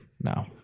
No